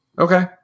Okay